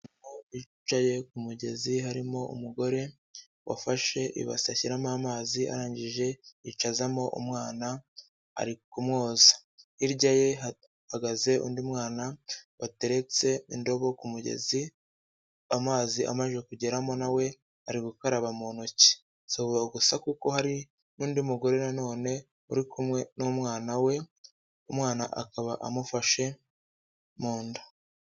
Yicaye ku mugezi harimo umugore wafashe ibasa ashyiramo amazi arangije yicazamo umwana arikumwoza, hirya ye hahagaze undi mwana wateretse indobo ku mugezi amazi amaze kugeramo nawe ari gukaraba mu ntoki. Si uwo gusa kuko hari n'undi mugore nanone uri kumwe n'umwana we umwana akaba amufashe mu nda.